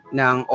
ng